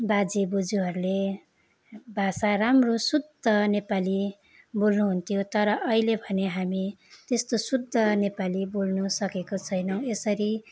बाजे बोजूहरूले भाषा राम्रो शुद्ध नेपाली बोल्नुहुन्थ्यो तर अहिले भने हामी त्यस्तो शुद्ध नेपाली बोल्नुसकेको छैनौँ यसरी